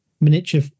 miniature